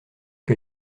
que